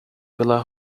pela